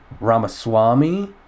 Ramaswamy